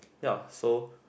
ya so